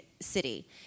city